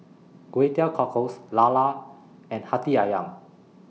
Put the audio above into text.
Kway Teow Cockles Lala and Hati Ayam